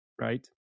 right